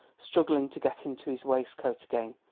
struggling to get into his waistcoat again,